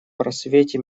просвете